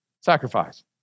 Sacrifice